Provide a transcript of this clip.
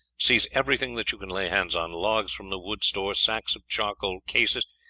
seize everything that you can lay hands on, logs from the wood-store, sacks of charcoal, cases,